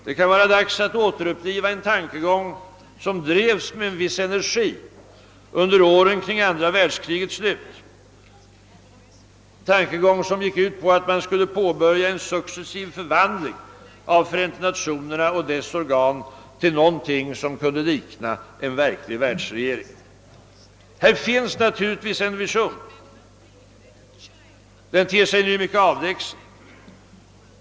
Det kan vara dags att återuppliva en tankegång, som drevs med en viss energi under åren kring andra världskrigets slut, en tankegång som gick ut på att man skulle påbörja en successiv förvandling av Förenta Nationerna och dess organ till någonting som kunde likna en verklig världsregering. Här finns verkligen en vision. Den ter sig nu mycket avlägsen.